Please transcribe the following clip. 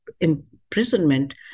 imprisonment